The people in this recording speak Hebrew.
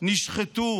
נשחטו